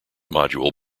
module